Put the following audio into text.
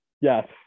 Yes